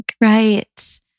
Right